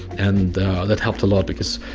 and that helped a lot because,